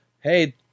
Hey